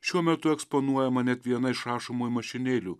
šiuo metu eksponuojama net viena iš rašomųjų mašinėlių